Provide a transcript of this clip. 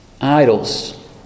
idols